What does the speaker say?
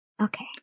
Okay